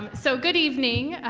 so good evening,